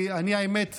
האמת,